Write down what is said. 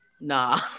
Nah